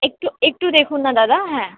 একটু একটু দেখুন না দাদা হ্যাঁ